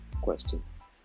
questions